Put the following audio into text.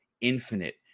Infinite